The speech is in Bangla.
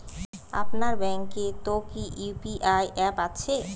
আপনার ব্যাঙ্ক এ তে কি ইউ.পি.আই অ্যাপ আছে?